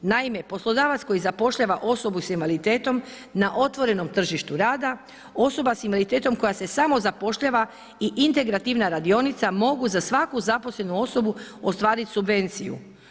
Naime, poslodavac koji zapošljava osobu s invaliditetom na otvorenom tržištu rada, osoba s invaliditetom koja se samozapošljava i integrativna radionica mogu za svaku zaposlenu osobu ostvariti subvenciju.